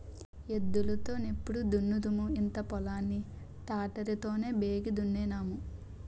ఎద్దులు తో నెప్పుడు దున్నుదుము ఇంత పొలం ని తాటరి తోనే బేగి దున్నేన్నాము